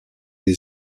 des